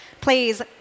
Please